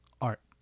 art